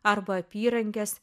arba apyrankės